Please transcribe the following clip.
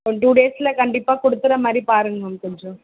ஒரு டூ டேஸ்சில் கண்டிப்பாக கொடுத்துட்ற மாதிரி பாருங்க மேம் கொஞ்சம்